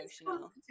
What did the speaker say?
emotional